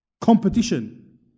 Competition